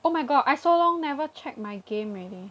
oh my god I so long never check my game already